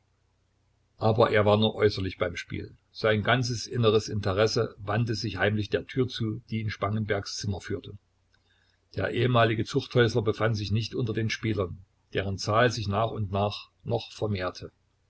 aber er war nur äußerlich beim spiel sein ganzes inneres interesse wandte sich heimlich der tür zu die in spangenbergs zimmer führte der ehemalige zuchthäusler befand sich nicht unter den spielern deren zahl sich nach und nach noch vermehrte